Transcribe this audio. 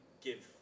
give